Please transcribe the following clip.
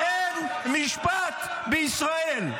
אין משפט בישראל.